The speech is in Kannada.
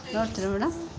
ನೋಡ್ತಿರ ಮೇಡಮ್